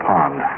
Pond